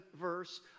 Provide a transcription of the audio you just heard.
verse